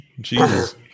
Jesus